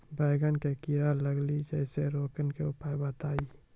बैंगन मे कीड़ा लागि जैसे रोकने के उपाय बताइए?